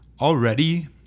already